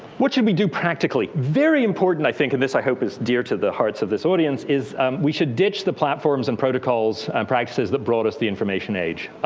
what should we do practically. very important, i think and this, i hope, is dear to the hearts of this audience is we should ditch the platforms and protocols and practices that brought us the information age.